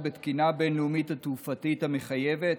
בתקינה הבין-לאומית התעופתית המחייבת,